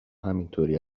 همینطوری